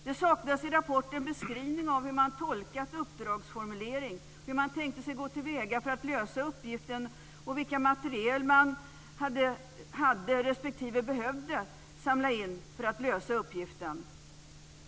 Det saknas i rapporten beskrivning av hur man tolkat uppdragsformuleringen, hur man tänkte gå till väga för att lösa uppgiften samt vilket material man hade respektive behövde samla in för att lösa uppgiften.